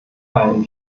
fallen